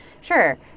sure